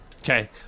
Okay